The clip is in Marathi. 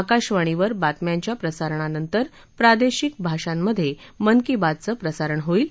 आकाशवाणीवर बातम्याच्या प्रसारणा नंतर प्रादेशिक भाषांमधेही मन की बात प्रसारण होईल